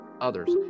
others